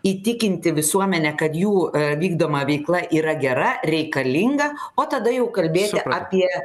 įtikinti visuomenę kad jų vykdoma veikla yra gera reikalinga o tada jau kalbėti apie